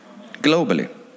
Globally